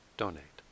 donate